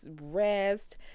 rest